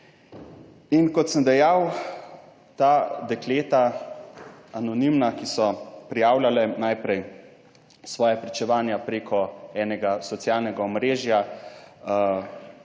In kot sem dejal, ta dekleta anonimna, ki so prijavljale najprej svoja pričevanja preko enega socialnega omrežja